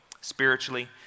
spiritually